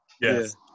yes